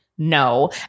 No